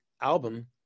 album